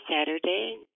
Saturday